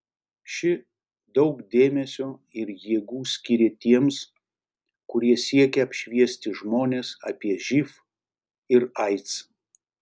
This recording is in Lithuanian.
ši daug dėmesio ir jėgų skyrė tiems kurie siekia apšviesti žmones apie živ ir aids